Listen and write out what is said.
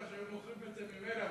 היו מוכרים את זה ממילא.